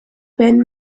ben